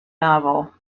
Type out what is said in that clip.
novel